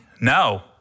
No